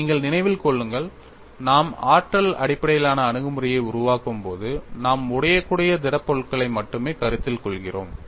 நீங்கள் நினைவில் கொள்ளுங்கள் நாம் ஆற்றல் அடிப்படையிலான அணுகுமுறையை உருவாக்கும்போது நாம் உடையக்கூடிய திடப்பொருட்களை மட்டுமே கருத்தில் கொள்கிறோம்